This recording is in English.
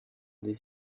this